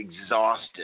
exhausted